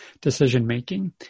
decision-making